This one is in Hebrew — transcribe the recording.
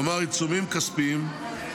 כלומר עיצומים כספיים,